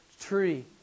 tree